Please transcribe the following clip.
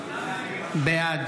בעד